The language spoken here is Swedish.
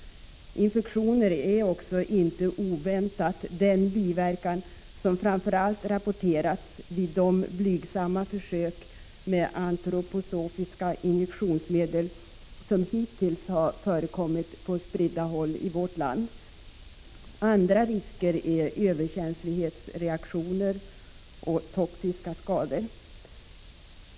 Infektioner är, inte oväntat, den biverkan som framför allt rapporterats vid de blygsamma försök med antroposofiska injektionsmedel som hittills förekommit på spridda håll i vårt land. Andra risker är överkänslighetsreaktioner och toxiska skador.